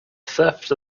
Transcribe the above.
theft